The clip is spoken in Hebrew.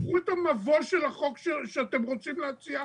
קחו את המבוא של החוק שאתם רוצים להציע,